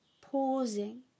pausing